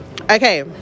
Okay